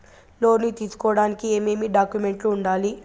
లోను తీసుకోడానికి ఏమేమి డాక్యుమెంట్లు ఉండాలి